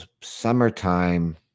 summertime